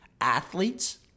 athletes